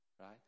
right